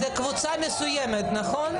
זה קבוצה מסוימת, נכון?